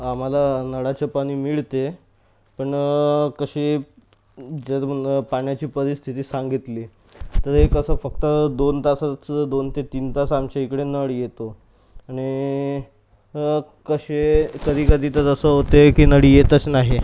आम्हाला नळाचं पाणी मिळते पण कसे जर मग पाण्याची परिस्थिती सांगितली तर एक असं फक्त दोन तासच दोन ते तीन तास आमच्या इकडे नळ येतो आणि कसे कधी कधी तर असं होते की नळ येतच नाही